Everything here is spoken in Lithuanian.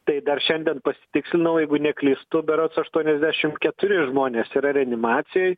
tai dar šiandien pasitikslinau jeigu neklystu berods aštuoniasdešim keturi žmonės yra reanimacijoj